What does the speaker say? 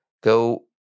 Go